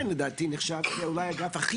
והוא עדיין לדעתי נחשב כאגף אולי הכי